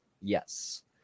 yes